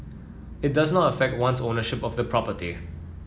it does not affect one's ownership of the property